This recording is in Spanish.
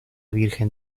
virgen